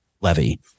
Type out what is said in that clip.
levy